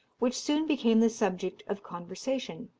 which soon became the subject of conversation.